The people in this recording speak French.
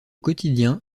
quotidien